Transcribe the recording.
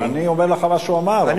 אני אומר לך מה שהוא אמר.